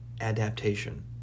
Adaptation